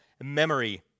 memory